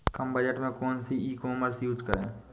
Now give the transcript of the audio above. कम budget में कौन सी ई कॉमर्स यूज़ करें?